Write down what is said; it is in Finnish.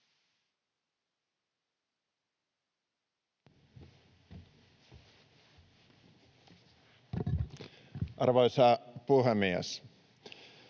Arvoisa puhemies!